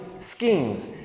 schemes